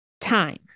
time